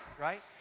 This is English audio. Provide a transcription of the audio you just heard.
right